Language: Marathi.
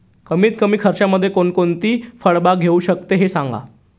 कमीत कमी खर्चामध्ये कोणकोणती फळबाग घेऊ शकतो ते सांगा